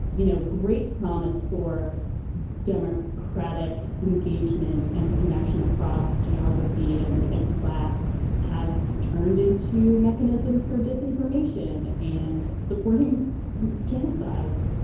you know, great promise for democratic engagement and connection across geography and and class have turned into mechanisms for disinformation and supporting genocides.